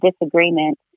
disagreement